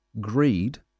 greed